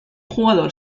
jugador